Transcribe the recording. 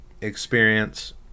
experience